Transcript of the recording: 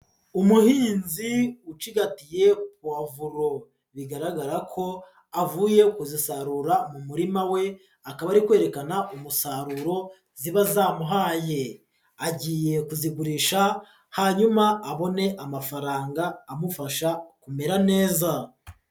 Umuhinzi ucigatiye pavuro, bigaragara ko avuye kuzisarura mu murima we, akaba ari kwerekana umusaruro ziba zamuhaye, agiye kuzigurisha hanyuma abone amafaranga amufasha kumera neza.